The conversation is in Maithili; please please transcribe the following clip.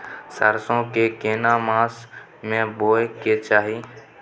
सरसो के केना मास में बोय के चाही?